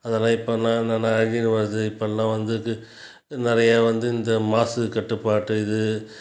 அதெலான் இப்போலான் என்னென்னா அழிஞ்சுன்னு வருது இப்போலான் வந்து நிறையா வந்து இந்த மாசுக்கட்டுப்பாட்டு இது